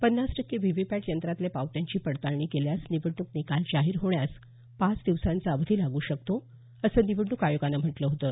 पन्नास टक्के V V PAT यंत्रातल्या पावत्यांची पडताळणी केल्यास निवडणूक निकाल जाहीर होण्यास पाच दिवसांचा अवधी लागू शकतो असं निवडणूक आयोगानं म्हटलं होतं